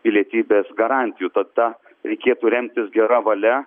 pilietybės garantijų tad ta reikėtų remtis gera valia